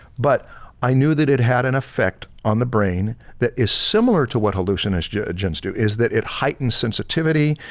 but i knew that it had an effect on the brain that is similar to what hallucinogens do is that it heightens sensitivity,